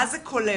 מה זה כולל?